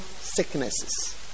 sicknesses